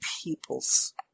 people's